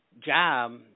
job